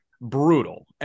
brutal